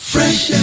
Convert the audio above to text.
Fresh